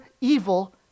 evil